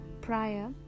prior